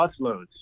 busloads